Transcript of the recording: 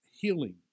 healing